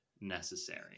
necessary